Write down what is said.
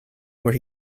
where